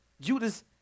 Judas